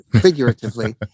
figuratively